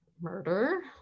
murder